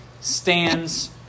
stands